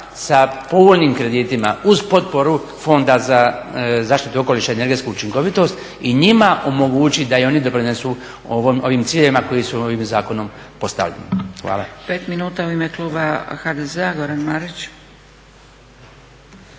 sa povoljnim kreditima uz potporu fonda za zaštitu okoliša i energetsku učinkovitost i njima omogući da i oni doprinesu ovim ciljevima koji su ovim zakonom postavljeni? Hvala.